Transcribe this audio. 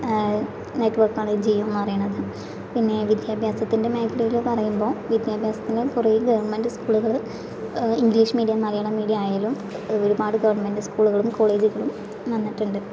നെറ്റ്വർക്കാണ് ജിയോയെന്ന് പറയണത് പിന്നെ വിദ്യാഭ്യാസത്തിൻ്റെ മേഖലയില് പറയുമ്പോൾ വിദ്യാഭ്യാസത്തിനും കുറേ ഗവൺമെന്റ് സ്കൂളുകള് ഇംഗ്ലീഷ് മീഡിയം മലയാളം മീഡിയം ആയാലും ഒരുപാട് ഗവൺമെന്റ് സ്കൂളുകളും കോളേജുകളും വന്നിട്ടുണ്ട്